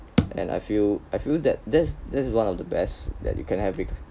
and I feel I feel that that's that's one of the best that you can have it